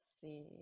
see